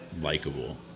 likable